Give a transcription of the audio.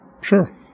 Sure